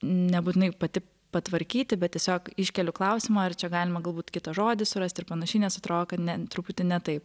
nebūtinai pati patvarkyti bet tiesiog iškeliu klausimą ar čia galima galbūt kitą žodį surasti ir panašiai nes atro kad ne truputį ne taip